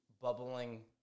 bubbling